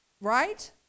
Right